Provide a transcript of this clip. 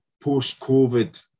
post-COVID